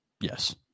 Yes